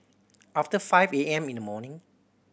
after five A M in the morning